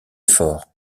effort